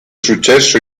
successo